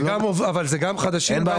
זה גם חדשים וגם עובדים קיימים.